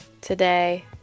today